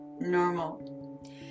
normal